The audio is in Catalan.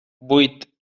vuit